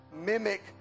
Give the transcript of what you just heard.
mimic